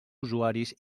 usuaris